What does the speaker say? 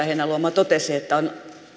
heinäluoma totesi että on